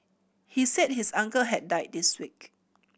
he said his uncle had died this week